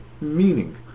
meaning